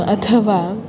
अथवा